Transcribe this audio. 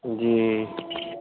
جی